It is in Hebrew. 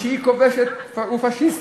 ושהיא כובשת ופאשיסטית.